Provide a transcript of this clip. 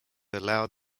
allow